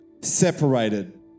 separated